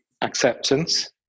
acceptance